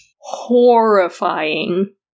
horrifying